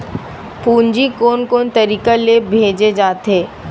पूंजी कोन कोन तरीका ले भेजे जाथे?